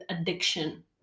addiction